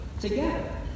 together